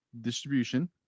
Distribution